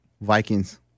Vikings